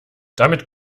damit